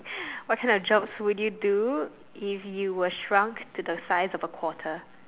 what kind of jobs would you do if you were shrunk to the size of a quarter